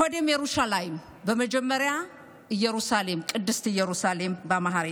קודם, ירושלים, (אומרת דברים באמהרית.)